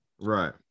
Right